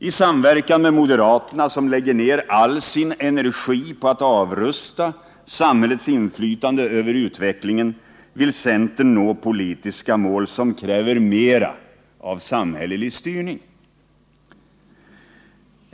I samverkan med moderaterna, som lägger ner all sin energi på att avrusta samhällets inflytande över utvecklingen, vill centern nå politiska mål som kräver mera av samhällelig styrning.